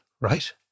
right